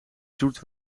zoet